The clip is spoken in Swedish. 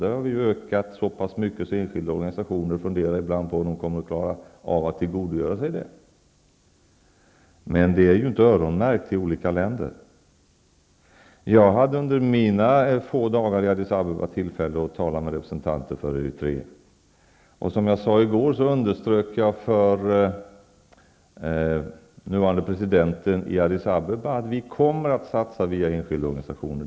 Det har vi ökat så pass mycket att enskilda organisationer ibland funderar på om de kommer att klara av att tillgodogöra sig det. Men beloppet är inte öronmärkt till olika länder. Jag hade under mina få dagar i Addis Abeba tillfälle att tala med representanter för Eritrea, och som jag sade i går underströk jag för nuvarande presidenten i Addis Abeba att vi kommer att satsa via enskilda organisationer.